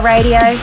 Radio